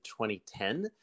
2010